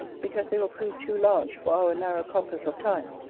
because they will prove too large for our narrow compass of time,